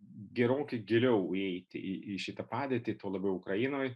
gerokai giliau įeiti į šitą padėtį tuo labiau ukrainoj